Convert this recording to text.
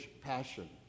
passion